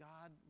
God